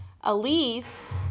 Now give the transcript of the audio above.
Elise